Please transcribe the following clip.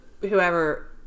whoever